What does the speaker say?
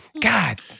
God